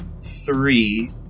three